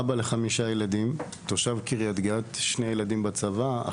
אבא לחמישה ילדים אני תושב קריית גת ויש לי שני ילדים בצבא,